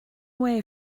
way